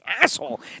asshole